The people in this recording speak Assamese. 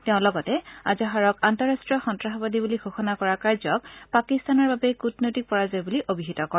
তেওঁ লগতে আজহাৰক আন্তঃৰাষ্ট্ৰীয় সন্নাসবাদী বুলি ঘোষণা কৰা কাৰ্যক পাকিস্তানৰ বাবে কূটনৈতিক পৰাজয় বুলি অভিহিত কৰে